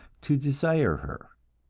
to desire her.